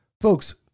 folks